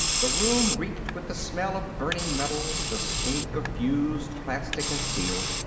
the room reeked with the smell of burning metal, the stink of fused plastic and steel.